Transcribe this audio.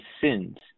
sins